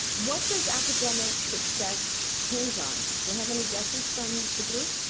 what does academic success hinge on? do i have any guesses from the group?